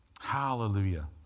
Hallelujah